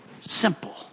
simple